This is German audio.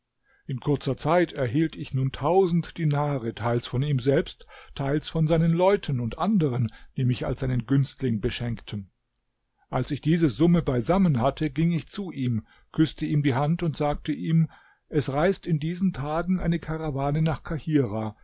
in kurzer zeit erhielt ich nun tausend dinare teils von ihm selbst teils von seinen leuten und anderen die mich als seinen günstling beschenkten als ich diese summe beisammen hatte ging ich zu ihm küßte ihm die hand und sagte ihm es reist in diesen tagen eine karawane nach